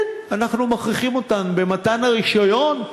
כן, אנחנו מכריחים אותם, במתן הרישיון,